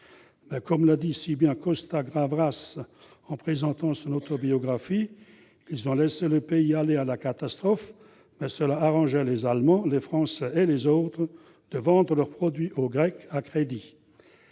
comme l'a dit si bien Costa-Gavras en présentant son autobiographie :« Ils ont laissé le pays aller à la catastrophe, mais cela arrangeait les Allemands, les Français et les autres de vendre leurs produits aux Grecs à crédit.